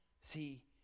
See